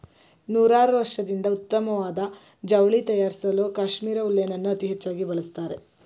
ನೂರಾರ್ವರ್ಷದಿಂದ ಉತ್ತಮ್ವಾದ ಜವ್ಳಿ ತಯಾರ್ಸಲೂ ಕಾಶ್ಮೀರ್ ಉಲ್ಲೆನನ್ನು ಅತೀ ಹೆಚ್ಚಾಗಿ ಬಳಸ್ತಾರೆ